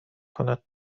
کند